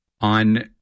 on